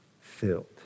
filled